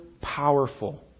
powerful